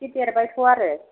एसे देरबायथ' आरो